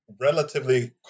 relatively